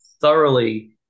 thoroughly